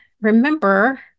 Remember